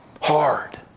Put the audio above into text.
hard